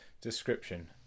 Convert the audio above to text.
Description